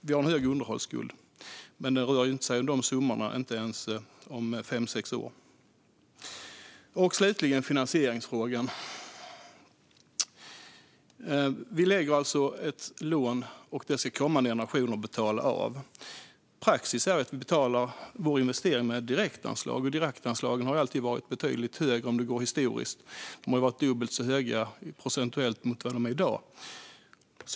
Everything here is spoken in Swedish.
Vi har en hög underhållsskuld, men det rör sig inte om de här summorna, inte ens om fem sex år. Slutligen gäller det finansieringsfrågan. Vi tar ett lån, och det ska kommande generationer betala av. Praxis är att vi betalar vår investering med direktanslag, och direktanslagen har historiskt alltid varit betydligt högre. De har varit dubbelt så höga procentuellt som de är i dag.